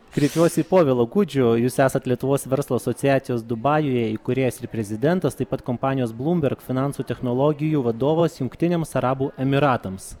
kreipiuosi į povilą kudžių jūs esat lietuvos verslo asociacijos dubajuje įkūrėjas ir prezidentas taip pat kompanijos blūmberg finansų technologijų vadovas jungtiniams arabų emiratams